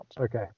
Okay